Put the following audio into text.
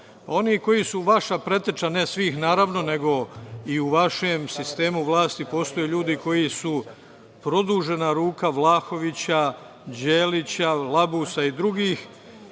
Oni koji su vaša preteča, ne svih, naravno, nego i u vašem sistemu vlasti postoje ljudi koji su produžena ruka Vlahovića, Đelića, Labusa i drugih,